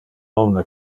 omne